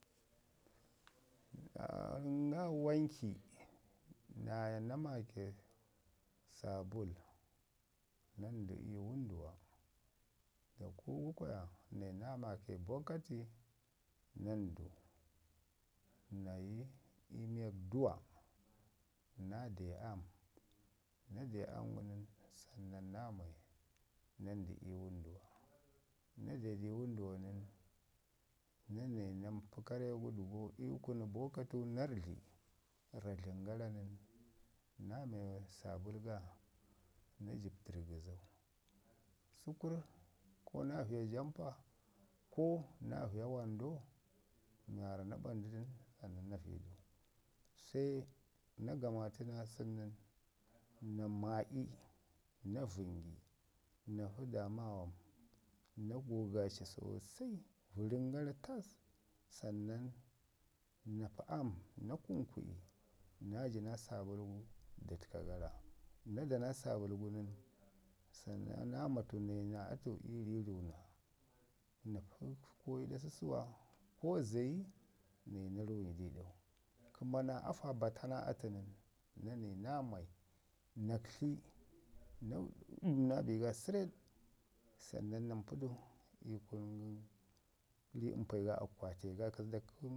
naya na maake saabul nan du i wənduwa daku gu kwaya nayi na maake bokati nan du nayi i miyak duwa naade am, na de am gu nən se nan naa mai nan dui wəduwa, na de di wənduwa nən, na nai na mpi dəgo i kunu bəkatu na rrədli, rraflən gara nən, na me saabul ga na jəb dərrgəzau. Sukurr ko naa viya jampa, Ko na viya wando, mi waarra na ɓandu du nən sannan na vəyi du. Se na ga maatu nən sannan na vəyidu. Se na gamaatu naa sən nən, na ma'i na vəngi na pi dama wam na gogaci sosai, vərən gara tas, sannan na pi am na kunku'i na ji na saabul gu da təka gara. Na da na saabul gu nen, sannan na ma tu nayi naa atu ii ri ruuna na pərrci ko i ɗo səsuwa ko zayi na yi na runyi di ɗau. kəma naa afa bata naa atu nən, na ni na mai, na kətli na naa ja bi ga sərred sannan na mpi du i kunu ri mpayi ga, akwate ga zada kə